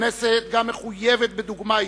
הכנסת גם מחויבת בדוגמה אישית,